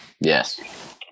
yes